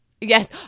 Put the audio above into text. Yes